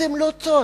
אז הם לא צועקים.